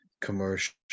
commercial